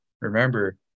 remember